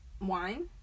wine